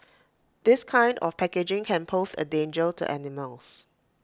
this kind of packaging can pose A danger to animals